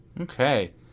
Okay